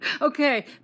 Okay